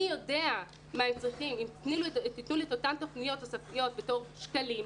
הוא יודע מה הם צריכים והוא מבקש את אותן תוכניות תוספתיות לקבל כשקלים,